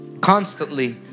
Constantly